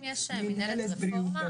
האם יש מינהלת רפורמה,